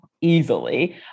easily